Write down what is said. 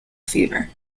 fever